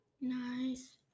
Nice